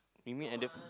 you mean at the